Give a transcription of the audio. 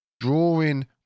drawing